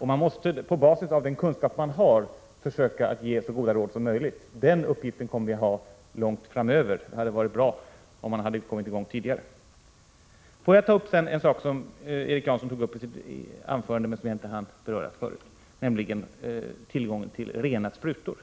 Man måste på basis av den kunskap man har försöka ge så goda råd som möjligt. Den uppgiften kommer vi att ha långt framöver. Det hade varit bra om man hade kommit i gång tidigare. Får jag sedan ta upp en sak som Erik Janson berörde i sitt anförande men som jag inte hunnit kommentera förut, nämligen tillgången till rena sprutor.